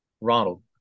Ronald